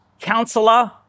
Counselor